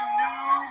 new